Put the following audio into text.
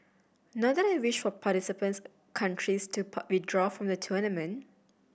not that I wish for participates countries to withdraw from the tournament